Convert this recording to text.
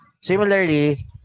Similarly